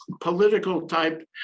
political-type